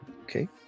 Okay